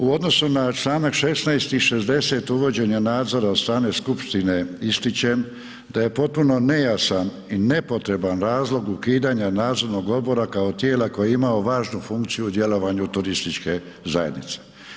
U odnosu na članak 16. i 60. uvođenja nadzora od strane skupštine ističem da je potpuno nejasan i nepotreban razlog ukidanja nadzornog odbora kao tijela koje je imalo važnu funkciju u djelovanju turističke zajednice.